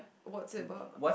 what's it about